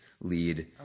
lead